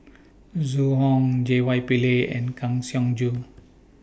Zhu Hong J Y Pillay and Kang Siong Joo